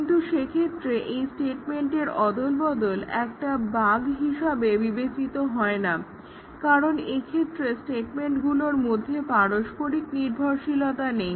কিন্তু সেক্ষেত্রে এই স্টেটমেন্টের অদল বদল একটা বাগ্ হিসাবে বিবেচিত হয় না কারণ এক্ষেত্রে স্টেটমেন্টগুলোর মধ্যে পারস্পরিক নির্ভরশীলতা নেই